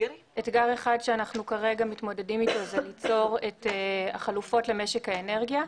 אתגר אחד שאנחנו כרגע מתמודדים אתו הוא ליצור את החלופות למשק האנרגיה,